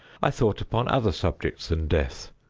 i thought upon other subjects than death.